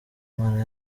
imana